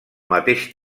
mateix